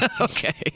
Okay